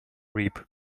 reap